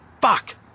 Fuck